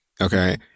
Okay